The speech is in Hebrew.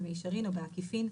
במישרין או בעקיפין,